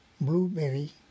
blueberry